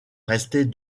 rester